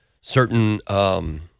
certain